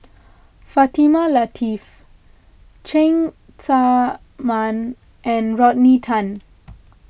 Fatimah Lateef Cheng Tsang Man and Rodney Tan